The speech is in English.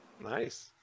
nice